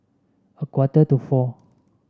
a quarter to four